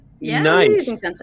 Nice